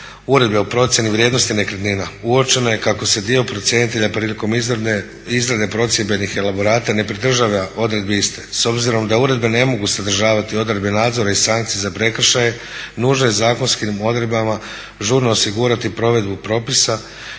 Uredbe o procjeni vrijednosti nekretnina uočeno je kako se dio procjenitelja prilikom izrade …/Govornik se ne razumije./… elaborata ne pridržava odredbi iste. S obzirom da uredbe ne mogu sadržavati odredbe nadzora i sankcije za prekršaje nužno je zakonskim odredbama žurno osigurati provedbu propisa